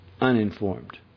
uninformed